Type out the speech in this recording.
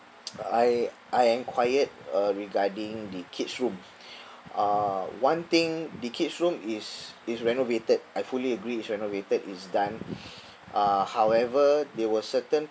I I enquired uh regarding the kid's room uh one thing the kid's room is is renovated I fully agree it's renovated it's done uh however there were certain